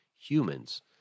humans